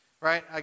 right